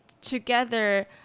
together